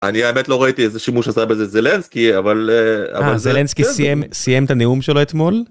אני, האמת, לא ראיתי איזה שימוש עשה בזה זנלסקי, אבל... אה... אה, זלנסקי סיים... סיים את הנאום שלו אתמול.